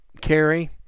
carry